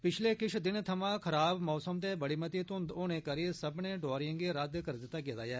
पिच्छले किश दिनें थमां खराब मौसम ते बड़ी मती धुन्ध होने करी सब्बनें डौआरिएं गी रद्द करी दिता गेआ ऐ